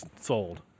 sold